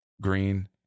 Green